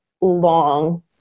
long